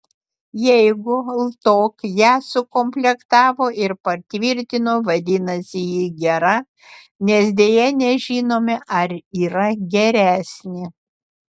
jeigu ltok ją sukomplektavo ir patvirtino vadinasi ji gera nes deja nežinome ar yra geresnė